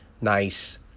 nice